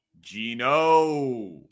Gino